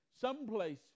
someplace